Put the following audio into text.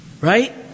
Right